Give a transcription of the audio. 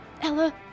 Ella